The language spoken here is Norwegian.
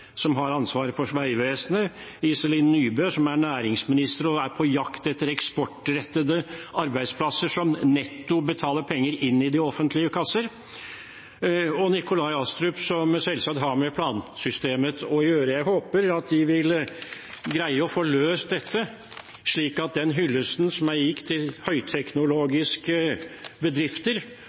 som har ansvaret for Vegvesenet, Iselin Nybø, som er næringsminister og er på jakt etter eksportrettede arbeidsplasser som netto betaler penger inn i de offentlige kasser, og Nicolai Astrup, som selvsagt har med plansystemet å gjøre, vil greie å få løst dette, etter den hyllesten som er gitt til høyteknologiske bedrifter.